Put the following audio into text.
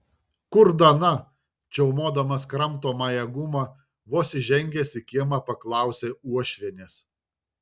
kur dana čiaumodamas kramtomąją gumą vos įžengęs į kiemą paklausė uošvienės